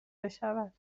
بشود